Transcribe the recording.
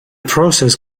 process